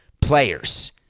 players